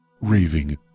raving